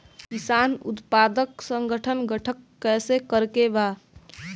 किसान उत्पादक संगठन गठन कैसे करके बा?